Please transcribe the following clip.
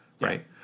right